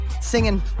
Singing